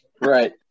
Right